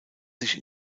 sich